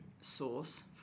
source